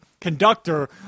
conductor